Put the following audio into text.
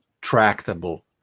tractable